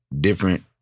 different